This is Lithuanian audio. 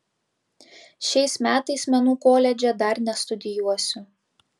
šiais metais menų koledže dar nestudijuosiu